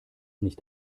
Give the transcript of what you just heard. nicht